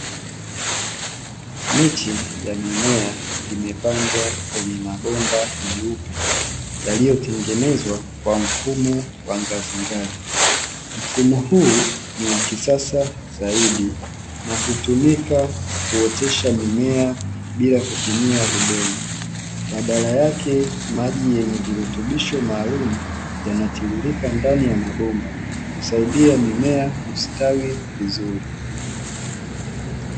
Miche ya mimea imepandwa kwenye mimea ya mabomba meupe yaliyotengenezwa kwa mfumo wa ngazi ngazi mfumo huu ni wakisasa zaidi na hutumika kuotesha mimea bila udongo badala yake maji yenye virutubisho maalumu hutiririka ndani ya mabomba kusaidia mimea kustawi vizuri.